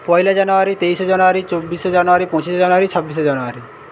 পয়লা জানুয়ারি তেইশে জানুয়ারি চব্বিশে জানুয়ারি পঁচিশে জানুয়ারি ছাব্বিশে জানুয়ারি